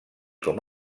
com